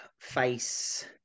face